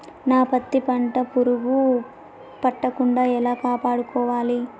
నా పత్తి పంట పురుగు పట్టకుండా ఎలా కాపాడుకోవాలి?